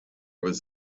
was